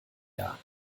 jahr